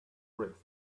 wrist